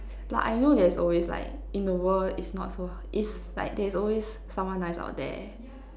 like I know there's always like in the world is not so h~ is like there's always someone nice out there